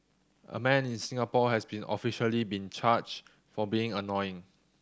a man in Singapore has been officially been charged for being annoying